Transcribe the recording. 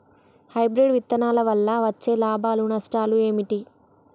Hybrid విత్తనాల వల్ల వచ్చే లాభాలు నష్టాలు ఏమిటి?